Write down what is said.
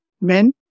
men